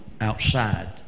outside